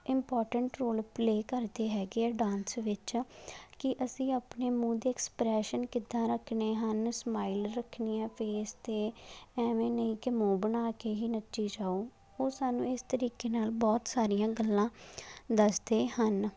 important role play ਕਰਦੇ ਹੈਗੇ ਆ ਡਾਂਸ ਵਿੱਚ ਕਿ ਅਸੀਂ ਆਪਣੇ ਮੂੰਹ ਦੇ ਐਕਸਪ੍ਰੈਸ਼ਨ ਕਿੱਦਾਂ ਰੱਖਣੇ ਹਨ ਸਮਾਈਲ ਰੱਖਣੀ ਹੈ ਫੇਸ 'ਤੇ ਐਵੇਂ ਨਹੀਂ ਕਿ ਮੂੰਹ ਬਣਾ ਕੇ ਹੀ ਨੱਚੀ ਜਾਓ ਉਹ ਸਾਨੂੰ ਇਸ ਤਰੀਕੇ ਨਾਲ ਬਹੁਤ ਸਾਰੀਆਂ ਗੱਲਾਂ ਦੱਸਦੇ ਹਨ